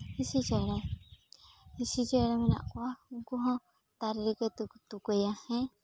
ᱦᱤᱸᱥᱤ ᱪᱮᱬᱮ ᱦᱤᱸᱥᱤ ᱪᱮᱬᱮ ᱢᱮᱱᱟᱜ ᱠᱚᱣᱟ ᱩᱱᱠᱩ ᱦᱚᱸ ᱫᱟᱨᱮ ᱨᱮᱜᱮᱠᱚ ᱛᱩᱠᱟᱹᱭᱟ ᱦᱮᱸ